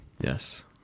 Yes